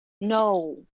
no